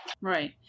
Right